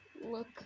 look